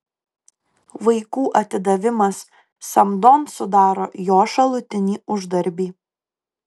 vaikų atidavimas samdon sudaro jo šalutinį uždarbį